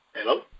Hello